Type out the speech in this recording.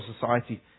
society